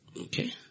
okay